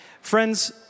Friends